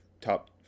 top